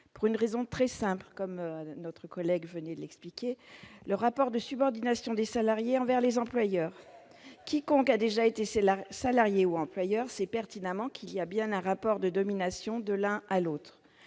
pour une raison très simple, que notre collègue vient d'expliquer : le rapport de subordination des salariés envers les employeurs. Quiconque a déjà été salarié ou employeur sait pertinemment qu'il y a un rapport de domination de l'un sur l'autre.